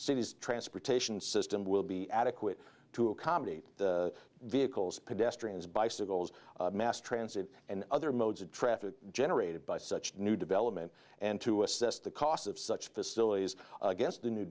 city's transportation system will be adequate to accommodate vehicles pedestrians bicycles mass transit and other modes of traffic generated by such new development and to assess the cost of such facilities against the new